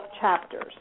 chapters